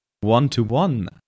one-to-one